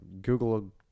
Google